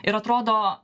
ir atrodo